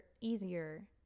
easier